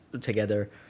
together